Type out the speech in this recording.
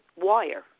wire